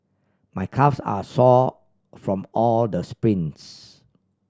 my calves are sore from all the sprints